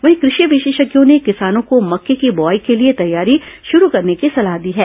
वहीं कृषि विशेषज्ञों ने किसानों को मक्के की बोआई के लिए तैयारी शुरू करने की सलाह दी है